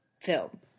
film